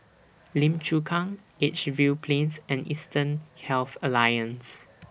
Lim Chu Kang Edgefield Plains and Eastern Health Alliance